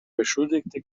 beschuldigte